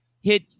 hit